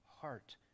heart